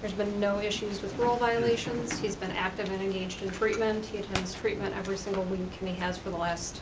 there's been no issues with role violations. he's been active and engaged in treatment. he attends treatment every single week, and he has for the last